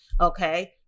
Okay